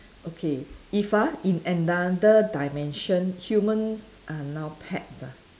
okay if ah in another dimension humans are now pets ah